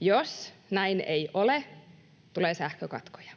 Jos näin ei ole, tulee sähkökatkoja.